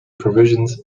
provisions